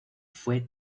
fue